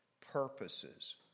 purposes